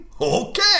Okay